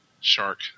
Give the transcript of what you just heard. shark